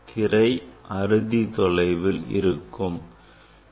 திரை அறுதி தொலைவில் உள்ளது